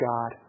God